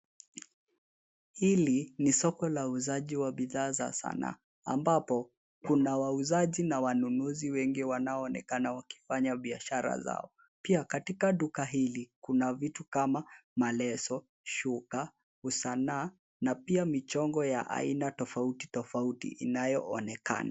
Hili ni soko la uuzaji wa bidhaa za sanaa ambapo kuna wauzaji na wanunuzi wengi wanaonekana waki fanya biashara zao pia katika duka hili kuna vitu kama maleso , shuka , usanaa na pia michongo ya aina tofauti tofauti inayoonekana.